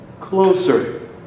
closer